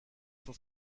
for